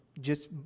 just,